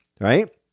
right